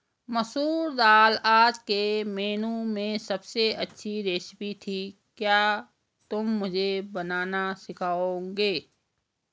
मसूर दाल आज के मेनू की अबसे अच्छी रेसिपी थी क्या तुम मुझे बनाना सिखाओंगे?